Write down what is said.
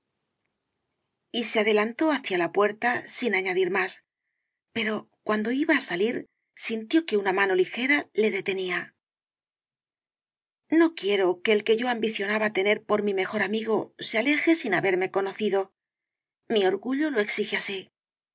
y se adelantó hacia la puerta sin añadir más pero cuando iba á salir sintió que una mano ligera le detenía no quiero que el que yo ambicionaba tener por mi mejor amigo se aleje sin haberme conocido mi orgullo lo exige así